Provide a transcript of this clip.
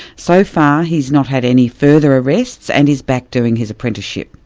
so far he has not had any further arrests and is back doing his apprenticeship.